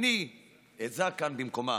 אני אזעק כאן במקומם.